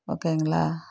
ஓகேங்களா